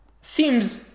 seems